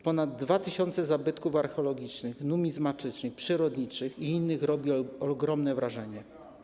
Ponad 2 tys. zabytków archeologicznych, numizmatycznych, przyrodniczych i innych robi ogromne wrażenie.